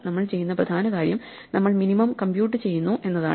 നമ്മൾ ചെയ്യുന്ന പ്രധാന കാര്യം നമ്മൾ മിനിമം കമ്പ്യൂട്ട് ചെയ്യുന്നു എന്നതാണ്